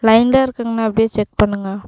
லைனில் இருக்கங்கண்ணா அப்படியே செக் பண்ணுங்க